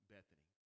Bethany